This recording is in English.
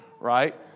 right